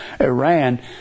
Iran